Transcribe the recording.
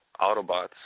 Autobots